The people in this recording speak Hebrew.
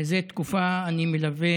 זה תקופה אני מלווה